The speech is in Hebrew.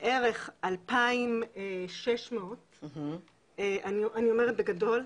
בערך 2,600, אני אומרת בגדול,